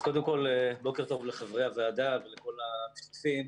אז קודם כל בוקר טוב לחברי הוועדה ולכל המשתתפים.